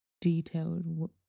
detailed